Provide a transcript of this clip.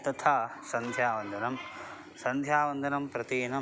तथा सन्ध्यावन्दनं सन्ध्यावन्दनं प्रतिदिनं